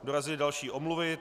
Dorazily další omluvy.